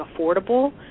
affordable